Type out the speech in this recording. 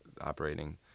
operating